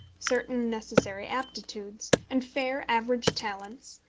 certain necessary aptitudes, and fair average talents,